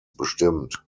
bestimmt